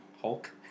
Hulk